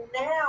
now